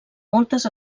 moltes